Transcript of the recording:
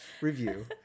review